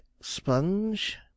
Sponge